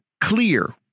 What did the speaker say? clear